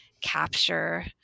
capture